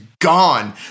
gone